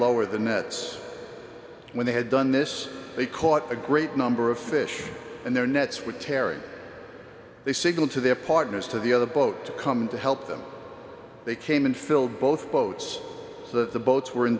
lower the nets when they had done this they caught a great number of fish and their nets with terry they signal to their partners to the other boat to come to help them they came and filled both boats that the boats were in